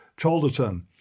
Chalderton